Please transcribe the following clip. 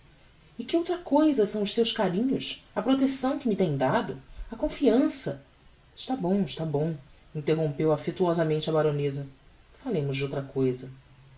e que outra cousa são os seus carinhos a protecção que me tem dado a confiança está bom está bom interrompeu affectuasamente a baroneza falemos de outra cousa